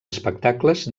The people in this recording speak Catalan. espectacles